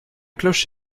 cloche